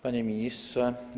Panie Ministrze!